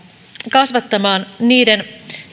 kasvattamaan niiden